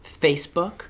Facebook